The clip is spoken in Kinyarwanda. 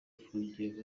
afungiwe